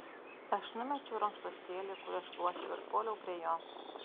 aš numečiau rankšluostėlį kuriuo šluosčiau ir puoliau prie jo